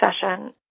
session